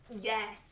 Yes